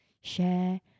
share